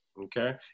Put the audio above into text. okay